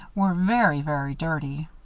were very, very dirty.